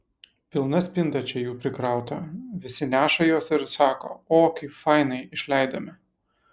pilna spinta čia jų prikrauta visi neša juos ir sako o kaip fainai išleidome